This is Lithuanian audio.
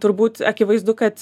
turbūt akivaizdu kad